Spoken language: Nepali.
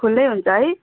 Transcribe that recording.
खुल्लै हुन्छ है